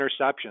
interceptions